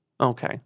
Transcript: Okay